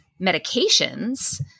medications